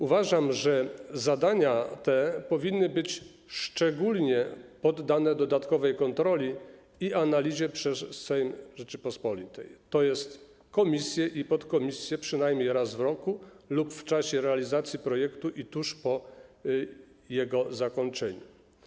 Uważam, że zadania te powinny być szczególnie poddane dodatkowej kontroli i analizie przez Sejm Rzeczypospolitej, czyli komisje i podkomisje, przynajmniej raz w roku lub w czasie realizacji projektu i tuż po jego zakończeniu.